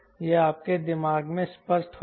यह आपके दिमाग में स्पष्ट होगा